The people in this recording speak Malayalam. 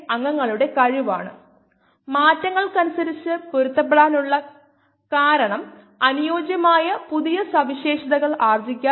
അല്ലെങ്കിൽ മറ്റൊരു തരത്തിൽ പറഞ്ഞാൽ 5 മടങ്ങ് കുറയ്ക്കൽ 300 സെക്കൻഡ് എടുക്കും